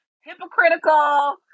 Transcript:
hypocritical